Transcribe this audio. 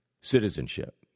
citizenship